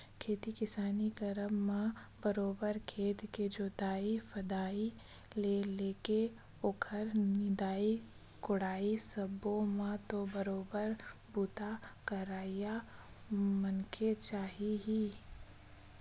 खेती किसानी करब म बरोबर खेत के जोंतई फंदई ले लेके ओखर निंदई कोड़ई सब्बो म तो बरोबर बूता करइया मनखे चाही ही